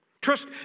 Trust